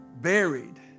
buried